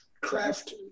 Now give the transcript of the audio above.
craft